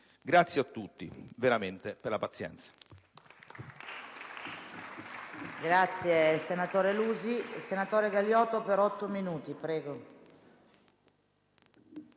Grazie a tutti, veramente, per la pazienza.